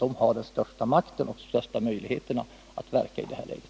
Den har den stora makten och de stora möjligheterna att verka i det här läget.